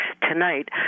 tonight